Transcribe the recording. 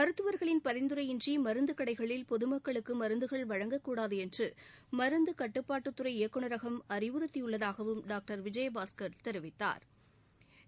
மருத்துவர்களின் பரிந்துரையின்றி மருந்து கடைகளில் பொதுமக்களுக்கு மருந்துகள் வழங்கக்கூடாது என்று மருந்து கட்டுப்பாட்டுத்துறை இயக்குநரகம் அறிவுறுத்தியுள்ளதாகவும் டாக்டர் விஜயபாஸ்கள் தெரிவித்தாா்